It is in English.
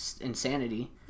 insanity